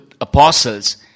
apostles